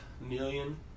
million